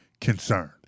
concerned